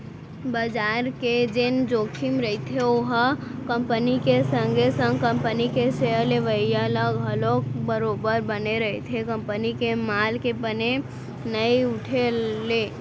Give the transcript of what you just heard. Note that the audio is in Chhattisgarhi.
बजार के जेन जोखिम रहिथे ओहा कंपनी के संगे संग कंपनी के सेयर लेवइया ल घलौ बरोबर बने रहिथे कंपनी के माल के बने नइ उठे ले